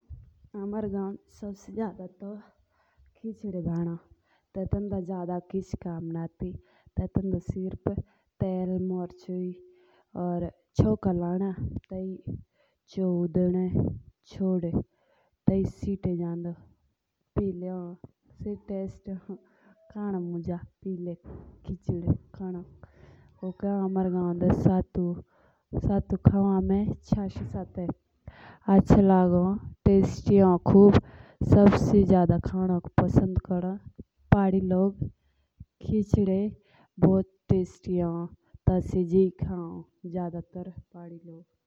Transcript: हमारे गावंड सबसे जादा तो खिचड़ी भानो। तेन्दो जादा किच कम ना आती तेन्दो सिर्फ तेल मार्ची या चोंका लाना या चाउ डेने छोड़ी। ओको होन हमारे गावोंड शतु. शतु हमें चान्सी साथ काँओ। या सबसे ज्यादा खाना पसंद करोना खिचड़ी।